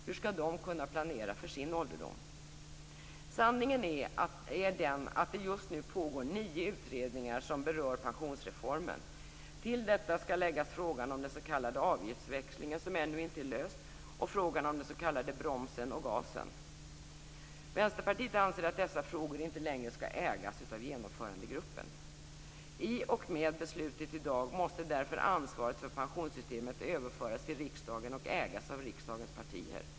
Hur skall de kunna planera för sin ålderdom? Sanningen är den att det just nu pågår nio utredningar som berör pensionsreformen. Till detta skall läggas frågan om den s.k. avgiftsväxlingen, som ännu inte är löst, och frågan om den s.k. bromsen och gasen. Vänsterpartiet anser att dessa frågor inte längre skall ägas av Genomförandegruppen. I och med beslutet i dag måste därför ansvaret för pensionssystemet överföras till riksdagen och ägas av riksdagens partier.